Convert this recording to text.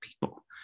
people